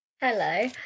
Hello